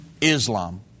Islam